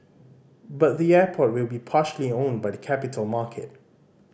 but the airport will be partially owned by the capital market